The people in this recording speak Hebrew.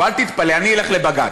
אל תתפלא, אני אלך לבג"ץ,